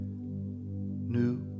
New